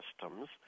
systems